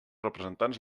representants